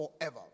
forever